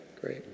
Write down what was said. great